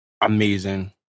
amazing